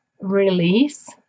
release